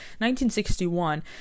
1961